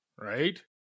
Right